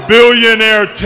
Billionaire